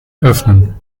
öffnen